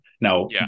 Now